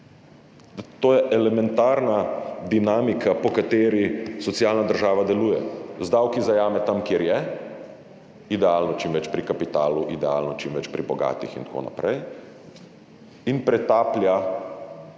To je elementarna dinamika, po kateri socialna država deluje. Z davki zajame tam, kjer je, idealno čim več pri kapitalu, idealno čim več pri bogatih in tako naprej, in pretaplja tja,